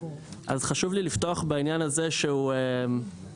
אז חשוב לי לפתוח בעניין הזה שהוא טכניקה,